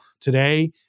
today